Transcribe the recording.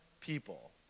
people